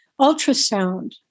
ultrasound